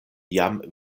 jam